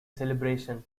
celebration